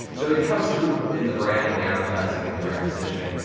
so it comes through in the brand, and the advertising and the brand positioning.